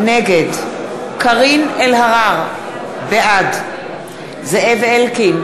נגד קארין אלהרר, בעד זאב אלקין,